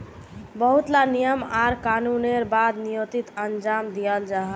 बहुत ला नियम आर कानूनेर बाद निर्यात अंजाम दियाल जाहा